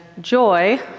Joy